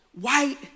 white